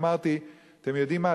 אמרתי: אתם יודעים מה,